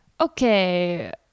Okay